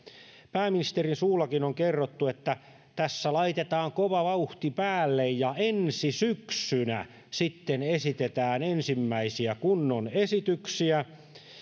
pääministerinkin suulla on kerrottu että tässä laitetaan kova vauhti päälle ja ensi syksynä sitten esitetään ensimmäisiä kunnon esityksiä